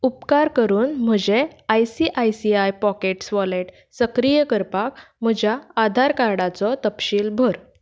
उपकार करून म्हजें I C I C I pockets wallet सक्रीय करपाक म्हज्या आधार कार्डाचो तपशील भर